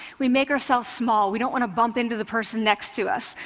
we make ourselves small. we don't want to bump into the person next to us.